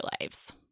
lives